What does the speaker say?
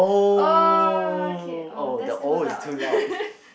oh okay oh that's too loud